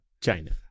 China